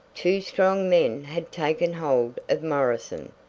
two strong men had taken hold of morrison.